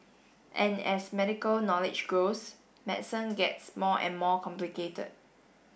and as medical knowledge grows medicine gets more and more complicated